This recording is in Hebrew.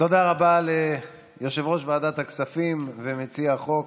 תודה ליושב-ראש ועדת הכספים ומציע החוק